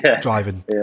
driving